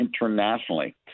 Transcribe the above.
internationally